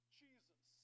jesus